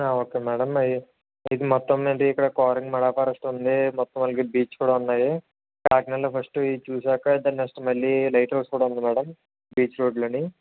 okay madam అవి అయితే మొత్తం ఏంటి ఇక్కడ కోరంగ్ మెగా ఫారెస్ట్ ఉంది మొత్తం అలాగే బీచ్ కూడా ఉన్నాయి కాకినాడలో ఫస్ట్ ఇవి చూసాక అయితే నెక్స్ట్ మళ్ళీ లైట్ హౌస్ కూడా ఉంది మేడం బీచ్ రోడ్లోని